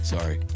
Sorry